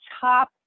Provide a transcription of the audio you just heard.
top